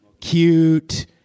cute